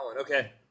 Okay